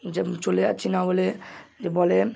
যে চলে যাচ্ছি না বলে এ বলে